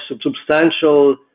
substantial